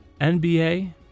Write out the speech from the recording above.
NBA